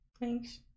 Thanks